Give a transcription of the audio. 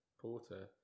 porter